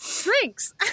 drinks